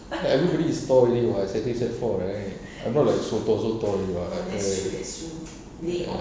everybody is tall already [what] sec three sec four right I'm not like so tall so tall [what] right ya